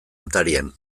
atarian